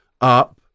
up